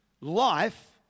life